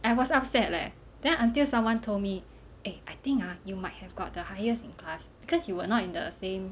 I was upset leh then until someone told me eh I think ah you might have got the highest in class cause you were not in the same